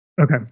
okay